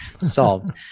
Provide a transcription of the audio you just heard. solved